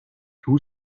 two